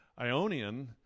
Ionian